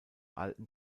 alten